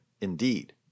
Indeed